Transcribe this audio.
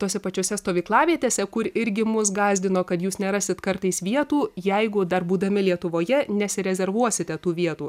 tose pačiose stovyklavietėse kur irgi mus gąsdino kad jūs nerasit kartais vietų jeigu dar būdami lietuvoje nesirezervuosite tų vietų